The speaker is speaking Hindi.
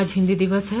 आज हिन्दी दिवस है